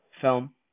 film